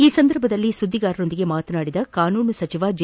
ಈ ಸಂದರ್ಭದಲ್ಲಿ ಸುದ್ಗಿಗಾರರೊಂದಿಗೆ ಮಾತನಾಡಿದ ಕಾನೂನು ಸಚಿವ ಟೆ